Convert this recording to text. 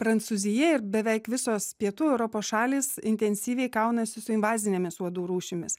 prancūzija ir beveik visos pietų europos šalys intensyviai kaunasi su invazinėmis uodų rūšimis